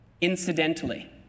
incidentally